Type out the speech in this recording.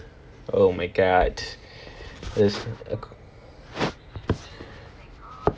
oh my god is